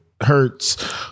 hurts